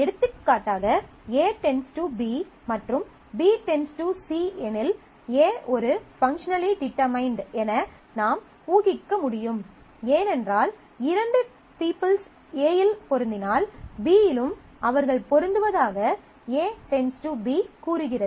எடுத்துக்காட்டாக A → B மற்றும் B → C எனில் A ஒரு பங்க்ஷனலி டிடெர்மைன்ட் என நாம் ஊகிக்க முடியும் ஏனென்றால் இரண்டு பீப்பிள்ஸ் A இல் பொருந்தினால் B இலும் அவர்கள் பொருந்துவதாக A → B கூறுகிறது